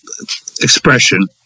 expression